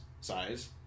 size